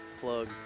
plug